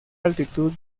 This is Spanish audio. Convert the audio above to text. altitud